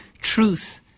truth